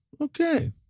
Okay